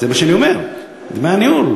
זה מה שאני אומר: דמי הניהול.